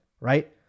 right